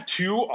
two